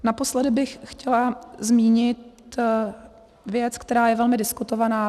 Naposledy bych chtěla zmínit věc, která je velmi diskutovaná.